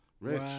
Rich